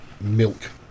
milk